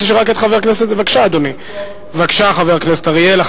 בבקשה, חבר הכנסת אריאל.